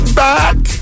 back